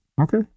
Okay